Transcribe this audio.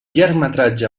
llargmetratge